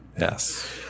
Yes